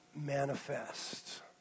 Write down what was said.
manifest